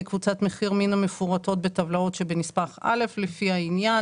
מקבוצת מחיר מן המפורטות בטבלאות שבנספח א' לפי העניין.